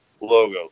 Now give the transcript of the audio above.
logo